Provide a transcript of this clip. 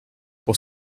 pour